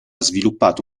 sviluppato